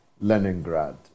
Leningrad